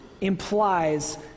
Implies